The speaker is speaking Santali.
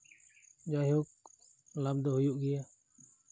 ᱡᱟᱭᱦᱳᱠ ᱞᱟᱵᱷ ᱫᱚ ᱦᱩᱭᱩᱜ ᱜᱮᱭᱟ